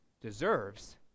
deserves